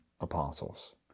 apostles